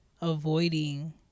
avoiding